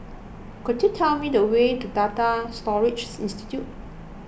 could you tell me the way to Data Storage Institute